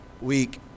week